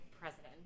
president